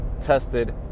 tested